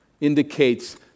indicates